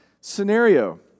scenario